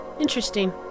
Interesting